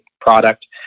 product